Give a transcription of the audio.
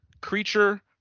Creature